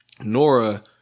Nora